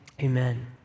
Amen